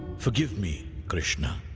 forgive me, krishna,